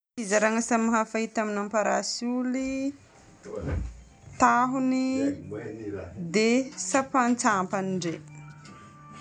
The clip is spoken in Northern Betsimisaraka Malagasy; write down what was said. Fizaràna samihafa hita amina parasoly: tahony dia sampantsampany regny.